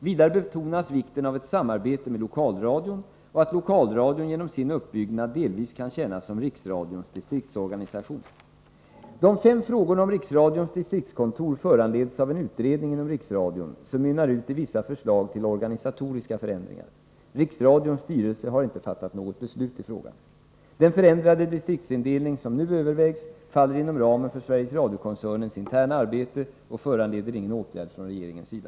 Vidare betonas vikten av ett samarbete med Lokalradion och att Lokalradion genom sin uppbyggnad delvis kan tjäna som Riksradions distriktsorganisation. De fem frågorna om Riksradions distriktskontor föranleds av en utredning inom Riksradion som mynnar ut i vissa förslag till organisatoriska förändringar. Riksradions styrelse har inte fattat något beslut i frågan. Den förändrade distriktsindelning som nu övervägs faller inom ramen för Sveriges Radio-koncernens interna arbete och föranleder ingen åtgärd från regeringens sida.